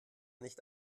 nicht